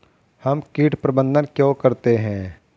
हम कीट प्रबंधन क्यों करते हैं?